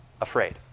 afraid